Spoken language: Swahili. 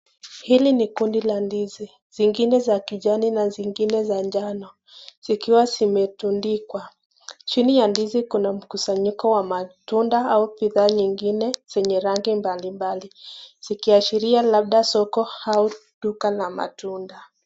Hili ni kundi la ndizi, zingine za kijani na zingine za njano, zikiwa zimetundikwa, chini ya ndizi kuna mkusanyiko wa matunda, au bidhaa zingine zenye rangi mbali mbali, zikiashiria labda soko au duka la matunda.